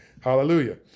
Hallelujah